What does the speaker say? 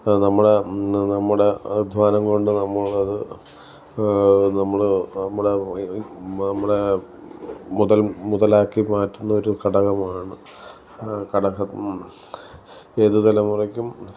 നമ്മളെ നമ്മുടെ അധ്വാനംകൊണ്ട് നമ്മൾ അത് നമ്മൾ നമ്മളെ മുതൽ മുതലാക്കിമാറ്റുന്ന ഒരു ഘടകമാണ് ഘടകം ഏത് തലമുറയ്ക്കും